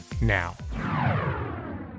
now